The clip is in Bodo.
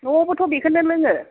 न'आव बोथ' बेखौनो लोङो